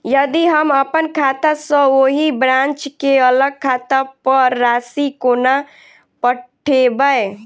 यदि हम अप्पन खाता सँ ओही ब्रांच केँ अलग खाता पर राशि कोना पठेबै?